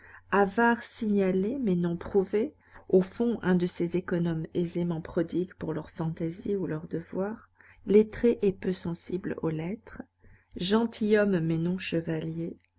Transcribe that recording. avare signalé mais non prouvé au fond un de ces économes aisément prodigues pour leur fantaisie ou leur devoir lettré et peu sensible aux lettres gentilhomme mais non chevalier